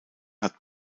hat